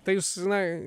tai jūs na